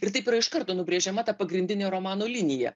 ir taip yra iš karto nubrėžiama ta pagrindinė romano linija